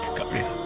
come in